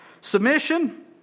Submission